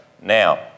Now